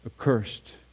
accursed